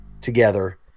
together